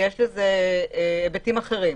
כי יש לזה היבטים אחרים.